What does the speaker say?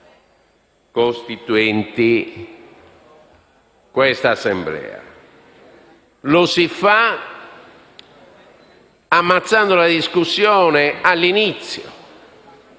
costituenti quest'Assemblea. Lo si fa ammazzando la discussione all'inizio,